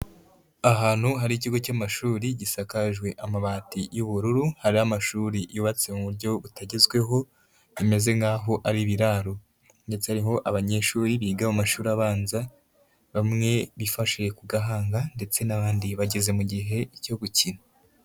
Ahantu hari ikigo cy'amashuri gisakajwe amabati y'ubururu, hari amashuri yubatse mu buryo butagezweho, bimeze nk'aho ari ibiraro, ndetse ariho abanyeshuri biga mu mashuri abanza, bamwe bifashe ku gahanga ndetse n'abandi bageze mu gihe cyo gukina.